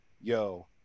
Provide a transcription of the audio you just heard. yo